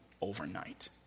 overnight